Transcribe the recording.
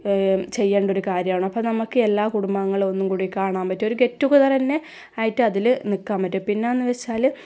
ചെയ്യേണ്ട ഒരു കാര്യമാണ് അപ്പോൾ നമുക്ക് എല്ലാ കുടുംബാങ്ങളെയും ഒന്നും കൂടി കാണാൻ പറ്റും ഒരു ഗേറ്റ് ടുഗെതർ തന്നെ ആയിട്ട് അതിൽ നിൽ ക്കാൻ പറ്റും പിന്നെ അതെന്നു വച്ചാൽ